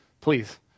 please